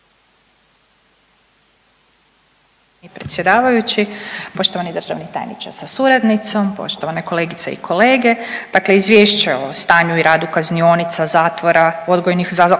uključen/…predsjedavajući, poštovani državni tajniče sa suradnicom, poštovane kolegice i kolege. Dakle Izvješće o stanju i radu kaznionica, zatvora, odgojnih zavoda